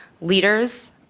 leaders